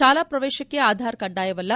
ಶಾಲಾ ಪ್ರವೇಶಕ್ಕೆ ಆಧಾರ್ ಕಡ್ಡಾಯವಲ್ಲ